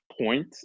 point